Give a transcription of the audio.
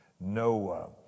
Noah